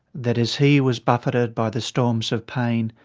that as he was buffeted by the storms of pain,